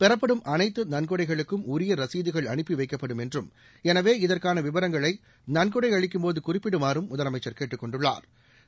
பெறப்படும் அனைத்து நன்கொடைகளுக்கும் உரிய ரசீதுகள் அனுப்பி வைக்கப்படும் என்றும் எளவே இதற்கான விவரங்களை நன்கொடை அளிக்கும் போது குறிப்பிடுமாறும் முதலமைச்சர் கேட்டுக் கொண்டுள்ளாா்